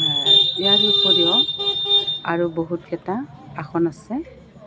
ইয়াৰ উপৰিও আৰু বহুতকেইটা আসন আছে